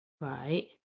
right